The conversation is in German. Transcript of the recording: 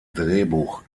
drehbuch